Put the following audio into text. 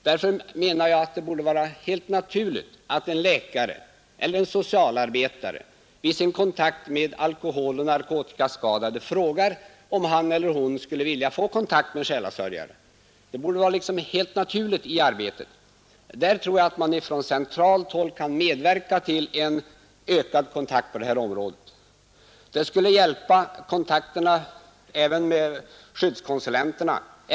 Därför menar jag att det borde vara helt naturligt att en läkare eller en socialarbetare i sin kontakt med alkoholeller narkotikaskadade frågar om han eller hon skulle vilja få kontakt med själasörjare. Jag tror att man från centralt håll kan medverka till ökad kontakt på detta område. Det skulle hjälpa även i fråga om kontakterna med skyddskonsulenterna.